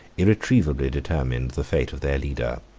irretrievably determined the fate of their leader.